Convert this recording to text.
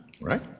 right